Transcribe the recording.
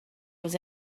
was